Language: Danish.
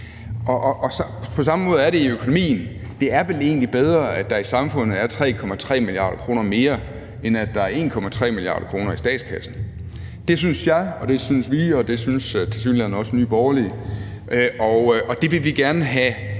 på samme måde er det i økonomien: Det er vel egentlig bedre, at der i samfundet er 3,3 mia. kr. mere, end at der er 1,3 mia. kr. i statskassen. Det synes jeg, det synes vi, og det synes tilsyneladende også Nye Borgerlige. Det vil vi gerne have